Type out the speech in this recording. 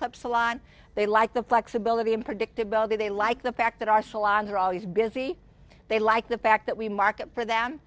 club salon they like the flexibility and predictability they like the fact that our salons are always busy they like the fact that we market for them